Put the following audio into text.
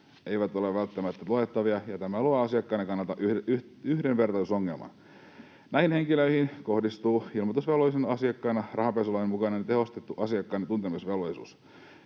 eivät ole välttämättä luotettavia, ja tämä luo asiakkaiden kannalta yhdenvertaisuusongelman. Näihin henkilöihin kohdistuu ilmoitusvelvollisen asiakkaina rahanpesulain mukainen tehostettu asiakkaan tuntemisvelvollisuus.